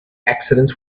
accidents